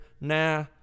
nah